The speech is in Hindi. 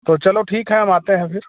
तो चलो ठीक है हम आते हैं फिर